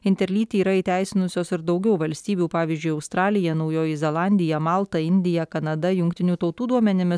interlytį yra įteisinusios ir daugiau valstybių pavyzdžiui australija naujoji zelandija malta indija kanada jungtinių tautų duomenimis